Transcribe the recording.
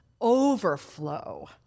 overflow